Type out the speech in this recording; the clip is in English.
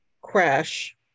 crash